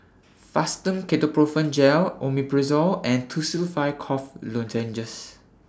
Fastum Ketoprofen Gel Omeprazole and Tussils five Cough Lozenges